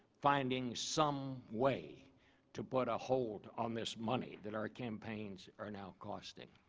finding some way to put a hold on this money that our campaigns are now costing.